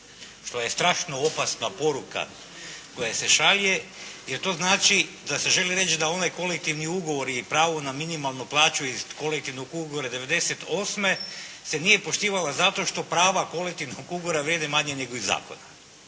što je strašno opasna poruka koja se šalje jer to znači da se želi reći da oni kolektivni ugovor i pravo na minimalnu plaću iz kolektivnog ugovora '98. se nije poštivala zato što prava kolektivnog ugovora vrijede manje nego iz zakona.